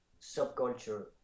subculture